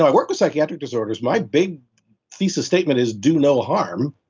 i worked with psychiatric disorders, my big thesis statement is do no harm